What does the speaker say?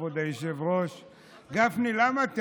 כבוד היושב-ראש, גפני, למה אתה